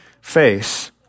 face